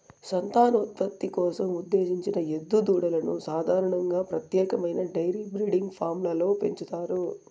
సంతానోత్పత్తి కోసం ఉద్దేశించిన ఎద్దు దూడలను సాధారణంగా ప్రత్యేకమైన డెయిరీ బ్రీడింగ్ ఫామ్లలో పెంచుతారు